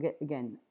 again